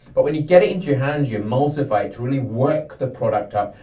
but when you get it into your hand, you emulsify it to really work the product up.